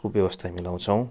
को व्यवस्था मिलाउछौँ